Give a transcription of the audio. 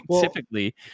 typically